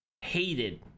hated